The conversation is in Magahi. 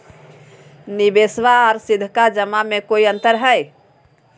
निबेसबा आर सीधका जमा मे कोइ अंतर हय?